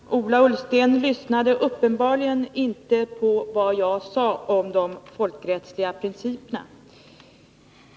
Herr talman! Ola Ullsten lyssnade uppenbarligen inte på vad jag sade om de folkrättsliga principerna.